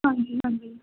ਹਾਂਜੀ ਹਾਂਜੀ